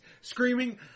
screaming